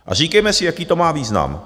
A říkejme si, jaký to má význam.